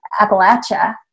Appalachia